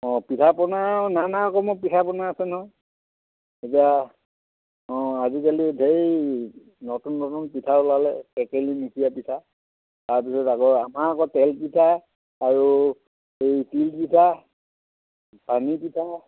অঁ পিঠা পনা নানা ৰকমৰ পিঠা পনা আছে নহয় এতিয়া অঁ আজিকালি ধেৰ নতুন নতুন পিঠা ওলালে টেকেলী মিতিয়া পিঠা তাৰপিছত আকৌ আমাৰ আকৌ তেল পিঠা আৰু এই তিল পিঠা পানী পিঠা